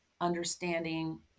understanding